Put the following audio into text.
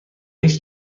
هیچ